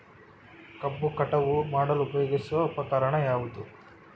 ಕಬ್ಬು ಕಟಾವು ಮಾಡಲು ಉಪಯೋಗಿಸುವ ಉಪಕರಣ ಯಾವುದು?